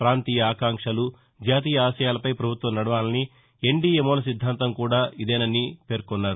ప్రాంతీయ ఆకాంక్షలు జాతీయ ఆశయాలపై ప్రభుత్వం నడవాలని ఎన్డీయే మూల సిద్దాంతం కూడా ఇదేనని అన్నారు